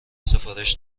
سفارش